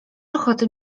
ochoty